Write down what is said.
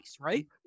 right